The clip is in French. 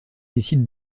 décide